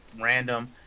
random